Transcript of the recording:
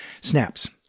Snaps